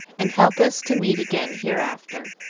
and help us to meet again hereafter.